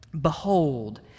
behold